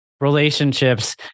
relationships